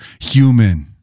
human